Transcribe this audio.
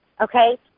Okay